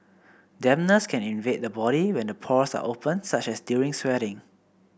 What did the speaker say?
dampness can invade the body when the pores are open such as during sweating